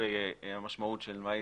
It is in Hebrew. למה הוא